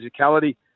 physicality